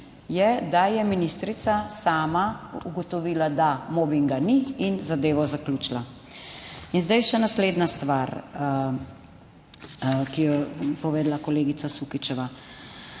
je, da je ministrica sama ugotovila, da mobinga ni in zadevo zaključila. In zdaj še naslednja stvar, ki jo je povedala kolegica Sukičeva.